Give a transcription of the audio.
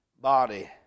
body